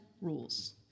rules